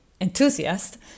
enthusiast